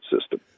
system